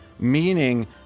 meaning